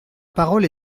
parole